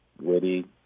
witty